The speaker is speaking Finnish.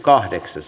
asia